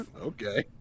Okay